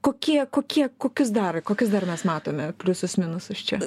kokie kokie kokius dar kokius dar mes matome pliusus minusus čia